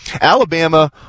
Alabama